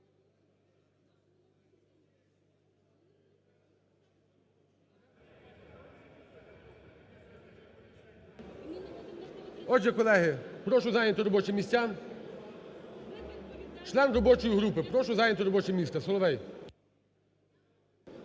Отже, колеги, прошу зайняти робочі місця. Член робочої групи, прошу зайняти робоче місце. Соловей!